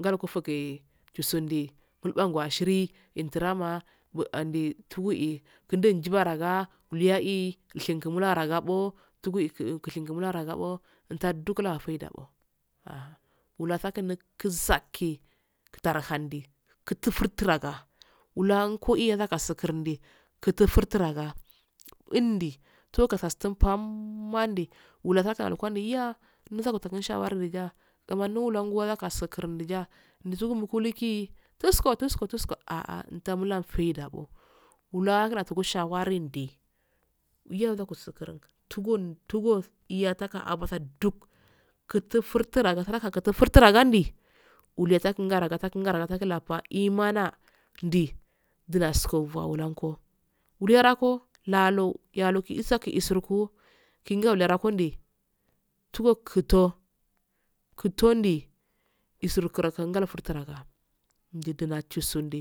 ngal kofole gusunde mu ibwan alhirenditirama mubwande fugui randejibaragaa liyaii ishi ngu mula-abbo fungu'i wushingu mularebb fungui wushingu mularagabbo ntadugulawo faidabbo aha wulasalaim tar handi tir fur tirgga wulanko iyakaggi sikindi kutufurturanga, ndi twu kasatun pammandii wulsaquwandiyan naskatiwashawarwawiya dinwslun lunguwa nalaskindiya ndizugumukankii fusko-fusko-fusko-fusko a'a ntamulafidabbo mulati kuwa shawarinde wuya wusaanin tugun ttugo yataka abasa duk kitufuraga kitufurangandi wulesko wawulenko wulenyarako lalo yaloka isaki isurkuwo kinga welerallai ngondii flugo kitoo kittoondi iskirokan futtaraga ndina tusundi.